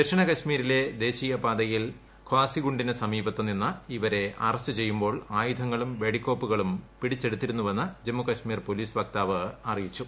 ദക്ഷിണ കശ്മീരിലെ ദേശീയപാതയിൽ ഖാസിഗുണ്ടിന് സമീപത്ത് നിന്ന് ഇവരെ അറസ്റ്റ് ചെയ്യുമ്പോൾ ആയുധങ്ങളും വെടിക്കോപ്പുകളും പിടിച്ചെടുത്തിരുന്നുവെന്ന് ജമ്മുകാശ്മീർ പോലീസ് വക്താവ് അറിയിച്ചു